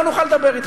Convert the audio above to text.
לא נוכל לדבר אתך.